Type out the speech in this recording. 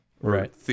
Right